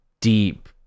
deep